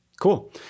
cool